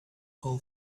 all